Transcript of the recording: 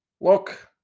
look